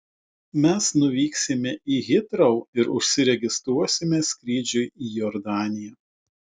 mes nuvyksime į hitrou ir užsiregistruosime skrydžiui į jordaniją